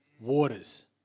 Waters